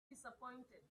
dissapointed